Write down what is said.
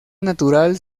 natural